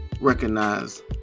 recognize